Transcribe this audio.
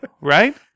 right